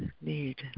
Need